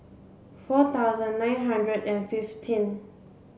four thousand nine hundred and fifteen